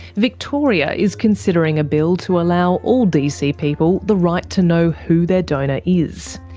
victoria is considering a bill to allow all dc people the right to know who their donor is.